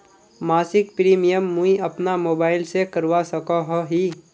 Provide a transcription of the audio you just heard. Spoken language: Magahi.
मासिक प्रीमियम मुई अपना मोबाईल से करवा सकोहो ही?